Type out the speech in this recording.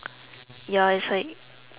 ya it's like